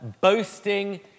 boasting